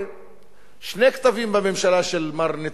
שני קטבים בממשלה של מר נתניהו רבים,